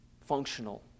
functional